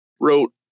wrote